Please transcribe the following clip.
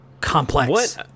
complex